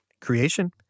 creation